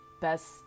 best